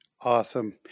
Awesome